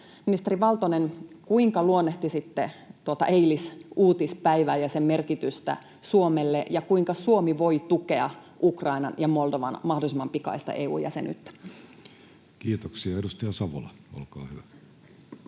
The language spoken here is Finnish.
Ministeri Valtonen, kuinka luonnehtisitte tuota eilistä uutispäivää ja sen merkitystä Suomelle, ja kuinka Suomi voi tukea Ukrainan ja Moldovan mahdollisimman pikaista EU-jäsenyyttä? [Speech 181] Speaker: